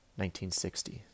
1960